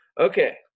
Okay